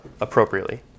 appropriately